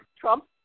trump